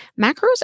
Macros